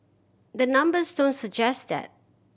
the numbers don't suggest that